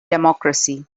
democracy